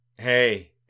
Hey